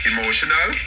Emotional